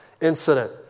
incident